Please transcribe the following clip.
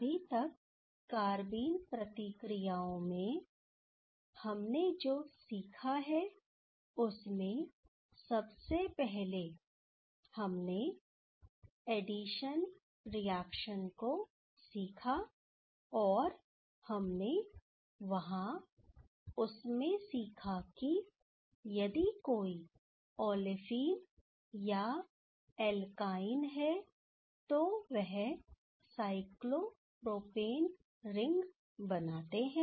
अभी तक कारबीन प्रतिक्रियाओं मैं हमने जो सीखा है उसमें सबसे पहले हमने एडिशन रिएक्शन को सीखा और हमने वहां उसमें सीखा कि यदि कोई ओलेफिन या एल्काइन है तो वह साइक्लोप्रोपेन रिंग बनाते हैं